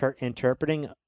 interpreting